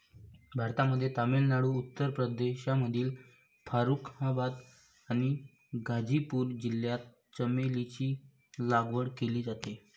भारतामध्ये तामिळनाडू, उत्तर प्रदेशमधील फारुखाबाद आणि गाझीपूर जिल्ह्यात चमेलीची लागवड केली जाते